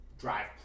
Drive